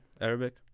Arabic